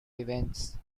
events